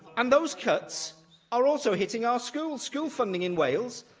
and those cuts are also hitting our schools. school funding in wales,